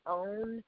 own